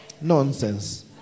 Nonsense